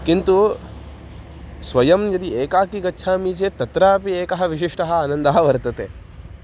किन्तु स्वयं यदि एकाकी गच्छामि चेत् तत्रापि एकः विशिष्टः आनन्दः वर्तते